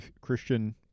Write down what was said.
Christian